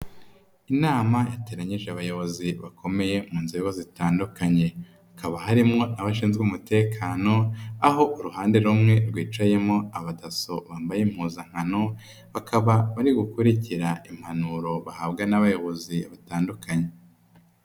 Inama yateranyije abayobozi bakomeye mu nzego zitandukanye hakaba harimo abashinzwe umutekano aho uruhande rumwe rwicayemo abadaso bambaye impuzankano bakaba bari gukurikira impanuro bahabwa n'abayobozi batandukanye.